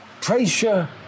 pressure